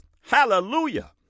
hallelujah